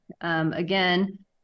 again